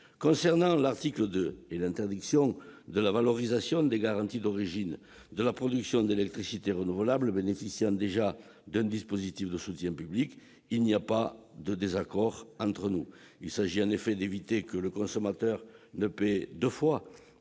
Concernant l'article 2 et l'interdiction de la valorisation des garanties d'origine de la production d'électricité renouvelable bénéficiant déjà d'un dispositif de soutien public, il n'y a pas de désaccord entre nous. Il s'agit, en effet, d'éviter que le consommateur ne paie deux fois